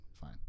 Fine